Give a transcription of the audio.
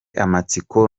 amatsiko